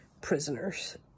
prisoners